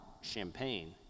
champagne